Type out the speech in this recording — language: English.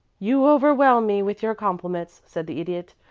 you overwhelm me with your compliments, said the idiot.